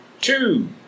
Two